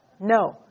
No